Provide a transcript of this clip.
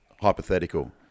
hypothetical